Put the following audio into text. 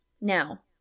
Now